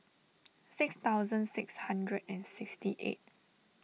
six thousand six hundred and sixty eight